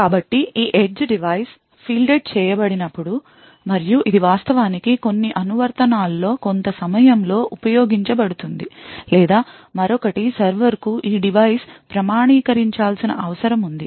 కాబట్టి ఈ edge device fielded చేయబడి నప్పుడు మరియు ఇది వాస్తవానికి కొన్ని అనువర్తనాల్లో కొంత సమయంలో ఉపయోగించబడుతుంది లేదా మరొకటి సర్వర్కు ఈ డివైస్ ప్రామాణీకరించాల్సిన అవసరం ఉంది